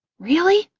really?